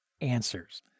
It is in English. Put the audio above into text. answers